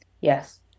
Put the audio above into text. yes